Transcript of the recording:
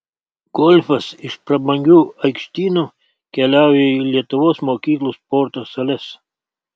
golfas iš prabangių aikštynų keliauja į lietuvos mokyklų sporto sales